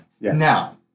Now